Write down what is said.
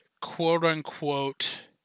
quote-unquote